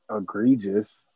egregious